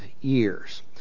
years